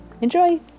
Enjoy